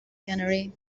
canary